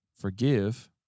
Forgive